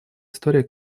истории